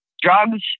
drugs